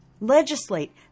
legislate